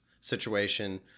situation